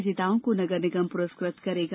विजेताओं को नगर निगम पुरस्कृत करेगा